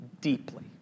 deeply